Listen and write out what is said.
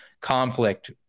conflict